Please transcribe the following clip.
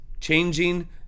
changing